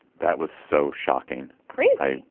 that was so shocking. crazy.